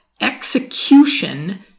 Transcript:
execution